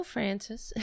Francis